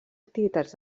activitats